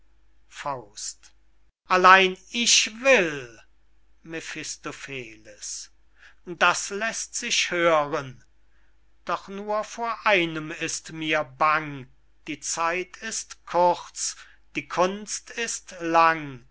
nacht allein ich will mephistopheles das läßt sich hören doch nur vor einem ist mir bang die zeit ist kurz die kunst ist lang